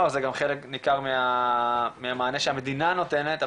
זה גם חלק ניכר מהמענה שהמדינה נותנת,